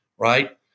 right